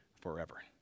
forever